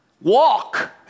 Walk